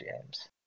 James